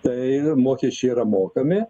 tai mokesčiai yra mokami